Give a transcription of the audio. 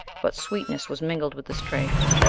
but sweetness was mingled with the strength,